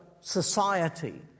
society